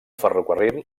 ferrocarril